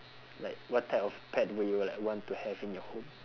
like what type of pet will you like want to have in your home